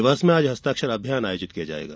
देवास में आज हस्ताक्षर अभियान आयोजित किया जायेगा